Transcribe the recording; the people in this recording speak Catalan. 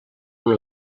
una